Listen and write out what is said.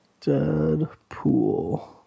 Deadpool